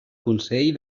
consell